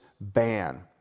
ban